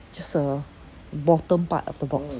just a bottom part of the box